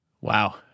Wow